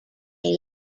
they